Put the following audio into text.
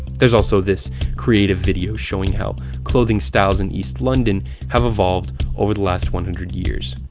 there's also this creative video showing how clothing styles in east london have evolved over the last one hundred years.